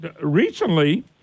recently